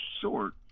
short